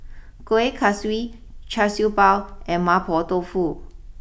Kuih Kaswi Char Siew Bao and Mapo Tofu